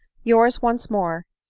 yours once more,